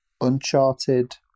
Uncharted